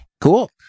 Cool